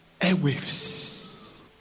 airwaves